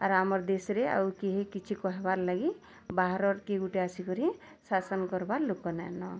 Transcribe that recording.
ଆର୍ ଆମର୍ ଦେଶରେ ଆଉ କେହି କିଛି କହିବାର୍ ଲାଗି ବାହାରର କିଏ ଗୋଟେ ଆସିକରି ଶାସନ କରିବା ଲୋକ ନାଇନ